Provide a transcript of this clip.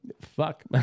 fuck